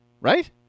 right